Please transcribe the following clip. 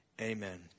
Amen